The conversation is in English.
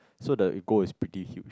so the ego is pretty huge